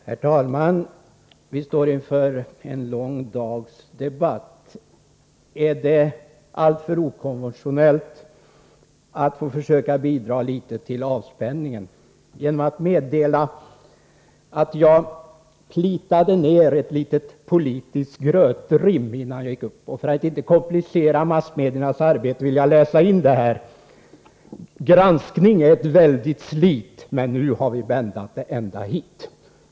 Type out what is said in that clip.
Herr talman! Vi står inför en lång dags debatt. Är det alltför okonventionellt att försöka bidra litet till avspänningen genom att meddela att jag plitade ner ett litet politiskt grötrim innan jag gick upp i talarstolen? För att inte komplicera massmediernas arbete vill jag läsa upp det här. Granskning är ett väldigt slit, men nu har vi bändat det ända hit.